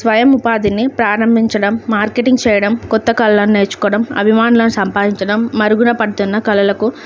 స్వయం ఉపాధిని ప్రారంభించడం మార్కెటింగ్ చేయడం కొత్త కళలను నేర్చుకోవడం అభిమానులను సంపాదించడం మరుగున పడుతున్న కళలకు